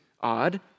odd